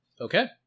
Okay